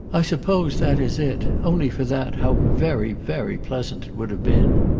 i suppose that is it. only for that how very very pleasant it would have been!